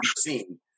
seen